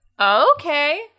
Okay